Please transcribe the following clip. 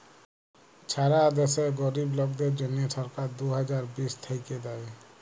ছারা দ্যাশে গরীব লোকদের জ্যনহে সরকার দু হাজার বিশ থ্যাইকে দেই